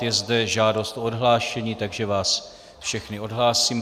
Je zde žádost o odhlášení, takže vás všechny odhlásím.